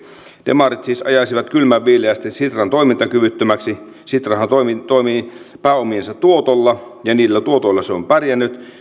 demarit siis ajaisivat kylmänviileästi sitran toimintakyvyttömäksi sitrahan toimii pääomiensa tuotolla ja niillä tuotoilla se on pärjännyt